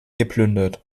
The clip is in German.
geplündert